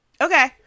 Okay